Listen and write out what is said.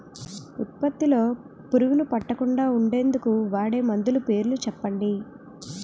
ఉత్పత్తి లొ పురుగులు పట్టకుండా ఉండేందుకు వాడే మందులు పేర్లు చెప్పండీ?